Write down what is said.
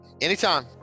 Anytime